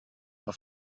auf